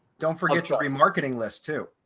don't forget your remarketing list too.